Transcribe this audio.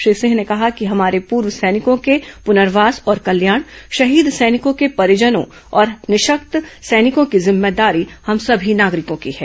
श्री सिंह ने कहा कि हमारे पूर्व सैनिकों के पुनर्वोस और कल्याण शहीद सैनिकों के परिजनों और हमारे निःशक्त सैनिकों की जिम्मेदारी समी नागरिकों की है